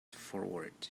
forward